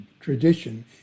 tradition